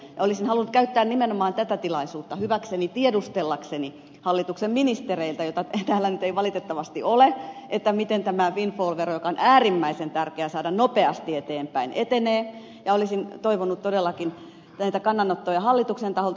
olisin halunnut käyttää nimenomaan tätä tilaisuutta hyväkseni tiedustellakseni hallituksen ministereiltä joita täällä nyt ei valitettavasti ole miten tämä windfall vero joka on äärimmäisen tärkeä saada nopeasti eteenpäin etenee ja olisin toivonut todellakin näitä kannanottoja hallituksen taholta